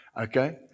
okay